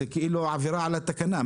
זאת כאילו עבירה על התקנה.